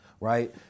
right